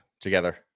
together